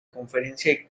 conferencia